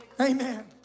Amen